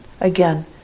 again